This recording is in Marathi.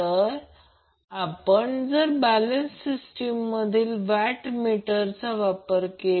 तर जर हे दिसले की हे VCN आहे आणि हे Ic आहे